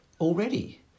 Already